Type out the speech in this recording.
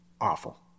Awful